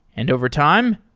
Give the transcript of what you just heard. and overtime,